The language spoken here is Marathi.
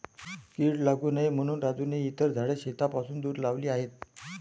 कीड लागू नये म्हणून राजूने इतर झाडे शेतापासून दूर लावली आहेत